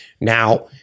now